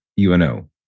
UNO